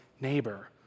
neighbor